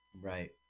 right